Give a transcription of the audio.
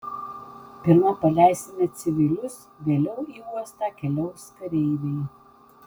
pirma paleisime civilius vėliau į uostą keliaus kareiviai